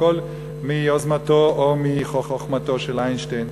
הכול מיוזמתו או מחוכמתו של איינשטיין,